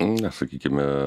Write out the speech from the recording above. na sakykime